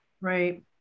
Right